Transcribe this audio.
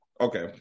okay